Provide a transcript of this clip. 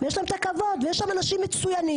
ויש להם את הכבוד ויש שם אנשים מצוינים,